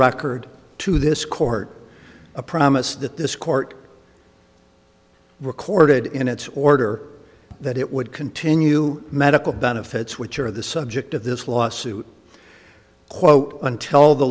record to this court a promise that this court recorded in its order that it would continue medical benefits which are the subject of this lawsuit